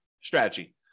strategy